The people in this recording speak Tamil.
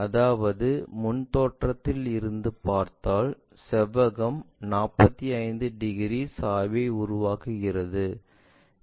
அதாவது முன் தோற்றத்தில் இருந்து பார்த்தால் செவ்வகம் 45 டிகிரி சாய்வை உருவாக்குகிறது